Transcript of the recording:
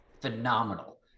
phenomenal